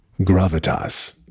gravitas